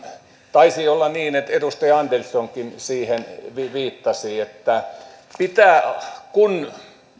taisi olla niin että edustaja anderssonkin siihen viittasi että kun